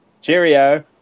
Cheerio